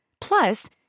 Plus